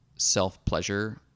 self-pleasure